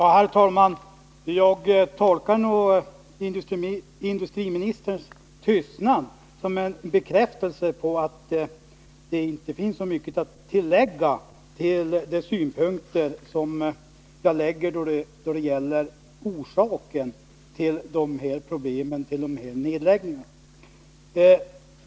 Herr talman! Jag tolkar industriministerns tystnad som en bekräftelse på att det inte finns så mycket att tillägga till de synpunkter som jag anlägger på orsaken till de här problemen och nedläggningarna.